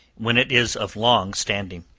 when it is of long-standing.